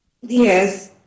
Yes